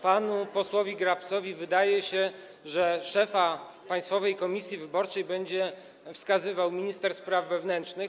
Panu posłowi Grabcowi wydaje się, że szefa Państwowej Komisji Wyborczej będzie wskazywał minister spraw wewnętrznych.